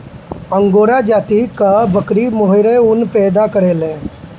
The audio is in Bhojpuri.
अंगोरा जाति कअ बकरी मोहेर ऊन पैदा करेले